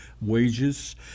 wages